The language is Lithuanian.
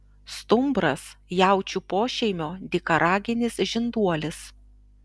stumbras jaučių pošeimio dykaraginis žinduolis